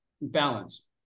balance